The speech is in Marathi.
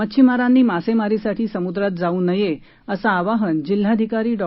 मच्छिमारांनी मासेमारीसाठी समुद्रात जाऊ नये असं आवाहन जिल्हाधिकारी डॉ